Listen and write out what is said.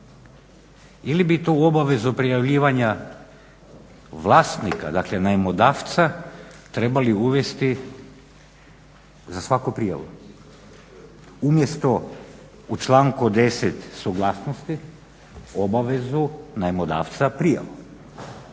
li bi tu obavezu prijavljivanja vlasnika, dakle najmodavca trebali uvesti za svaku prijavu? Umjesto u članku 10. suglasnosti, obavezu najmodavca prijavom.